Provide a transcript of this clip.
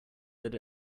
that